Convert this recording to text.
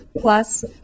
plus